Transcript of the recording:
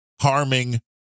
harming